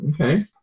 okay